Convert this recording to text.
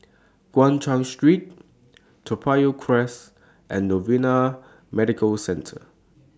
Guan Chuan Street Toa Payoh Crest and Novena Medical Centre